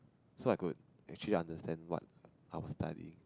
so I could actually understand what I was studying